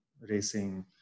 racing